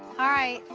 alright.